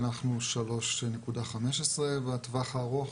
הנחנו 3.15 בטווח הארוך,